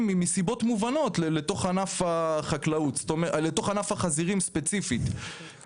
מסיבות מובנות לתוך ענף החזירים ספציפית,